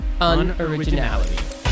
unoriginality